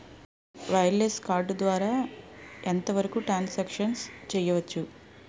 Wireless card ద్వారా ఎంత వరకు ట్రాన్ సాంక్షన్ చేయవచ్చు?